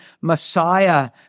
Messiah